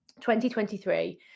2023